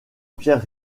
pierre